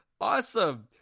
awesome